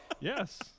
yes